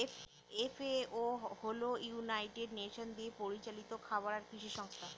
FAO হল united nation দিয়ে পরিচালিত খাবার আর কৃষি সংস্থা